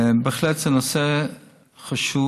זה בהחלט נושא חשוב